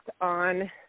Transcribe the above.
on